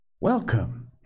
welcome